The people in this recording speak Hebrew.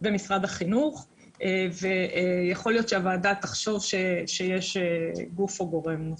משרד חינוך ויכול להיות שהוועדה תחשוב שיש גוף או גורם נוסף.